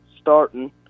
starting